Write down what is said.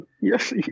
yes